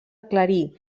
aclarir